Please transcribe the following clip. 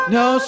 no